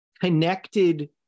connected